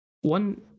One